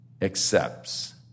accepts